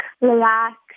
relax